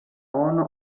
owner